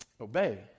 obey